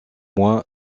moins